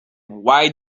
why